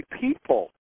people